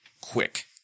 quick